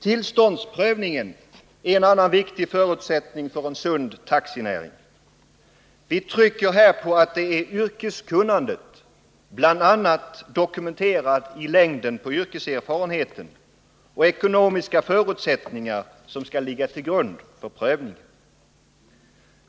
Tillståndsprövningen är en annan viktig förutsättning för en sund taxinäring. Vi trycker här på att det är yrkeskunnandet — bl.a. dokumenterat i längden på yrkeserfarenheten — och ekonomiska förutsättningar som skall ligga till grund för prövningen.